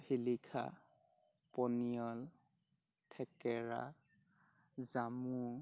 শিলিখা পনিয়ল থেকেৰা জামু